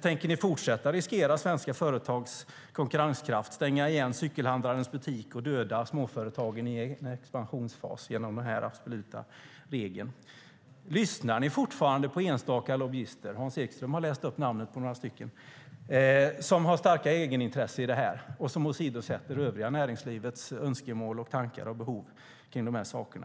tänker ni fortsätta riskera svenska företags konkurrenskraft, stänga cykelhandlarens butik och döda småföretagen i en expansionsfas genom denna absoluta regel? Lyssnar ni fortfarande på enstaka lobbyister - Hans Ekström har läst upp namnen på några - som har starka egenintressen i detta och som åsidosätter det övriga näringslivets önskemål, tankar och behov kring dessa saker?